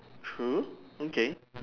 true okay